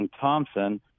Thompson